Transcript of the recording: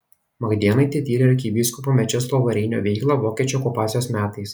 magdėnaitė tyrė arkivyskupo mečislovo reinio veiklą vokiečių okupacijos metais